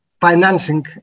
financing